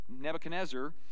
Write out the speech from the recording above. Nebuchadnezzar